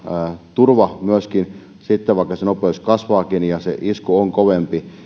turva sitten vaikka se nopeus kasvaakin ja se isku on kovempi